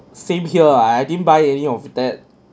same here I I didn't buy any of that